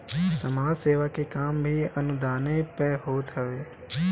समाज सेवा के काम भी अनुदाने पअ होत हवे